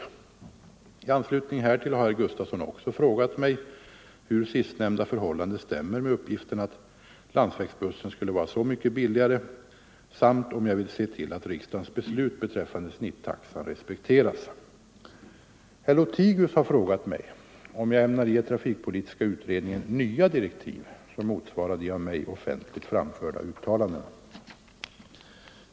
I anslutning härtill har herr Gustafson också frågat mig, hur sistnämnda förhållande stämmer med uppgiften att landsvägsbussen skulle vara så mycket billigare, samt om jag vill se till att riksdagens beslut beträffande snittaxan respekteras. Herr Lothigius har frågat mig, om jag ämnar ge trafikpolitiska utredningen nya direktiv som motsvarar de av mig offentligt framförda uttalandena.